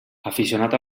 afeccionat